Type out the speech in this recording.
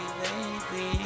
baby